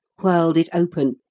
whirled it open,